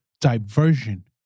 diversion